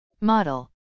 model